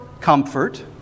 comfort